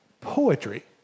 poetry